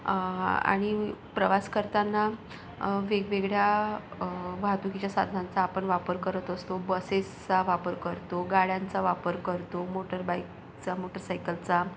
आणि प्रवास करताना वेगवेगळ्या वाहतुकीच्या साधनांचा आपण वापर करत असतो बसेसचा वापर करतो गाड्यांचा वापर करतो मोटरबाईकचा मोटरसाईकलचा